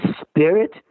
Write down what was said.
spirit